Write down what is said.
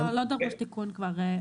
לא דרוש תיקון כבר.